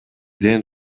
ден